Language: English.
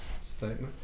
statement